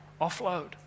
offload